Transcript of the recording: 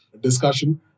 discussion